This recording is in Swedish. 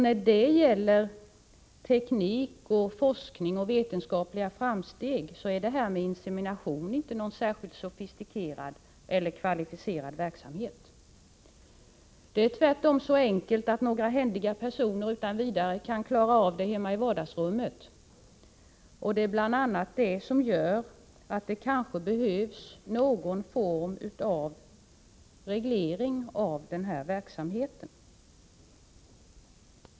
När det gäller teknik, forskning och vetenskapliga framsteg är insemination inte någon särskilt sofistikerad eller kvalificerad verksamhet. Det är tvärtom så enkelt att några händiga personer utan vidare kan klara av detta hemma i vardagsrummet. Det är bl.a. mot den bakgrunden som det kanske behövs någon form av reglering av denna verksamhet.